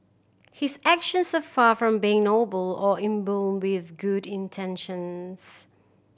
his actions are far from being noble or imbued with good intentions